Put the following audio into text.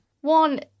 one